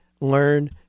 learn